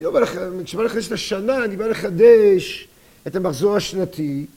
אני לא בא לח... כשאני בא לחדש את השנה, אני בא לחדש את המחזור השנתי...